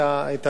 תודה רבה.